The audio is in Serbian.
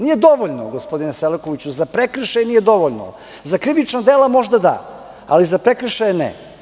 Nije dovoljno, gospodine Selakoviću, za prekršaj nije dovoljno, za krivična dela možda da, ali za prekršaje ne.